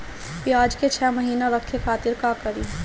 प्याज के छह महीना रखे खातिर का करी?